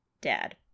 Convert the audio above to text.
dad